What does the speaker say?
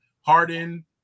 Harden